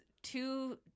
Two